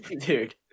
dude